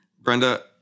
Brenda